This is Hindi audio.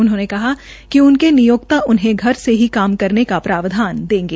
उन्होंने कहा कि उनके निमोकता उनहें अपने से काम करने का प्रावधान देंगे